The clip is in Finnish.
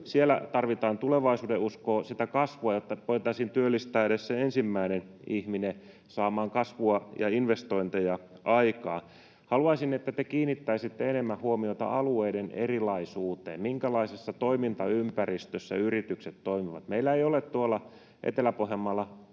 Siellä tarvitaan tulevaisuudenuskoa, sitä kasvua, jotta voitaisiin työllistää edes se ensimmäinen ihminen saamaan kasvua ja investointeja aikaan. Haluaisin, että te kiinnittäisitte enemmän huomiota alueiden erilaisuuteen, minkälaisessa toimintaympäristössä yritykset toimivat. Meillä ei ole tuolla Etelä-Pohjanmaalla